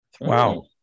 wow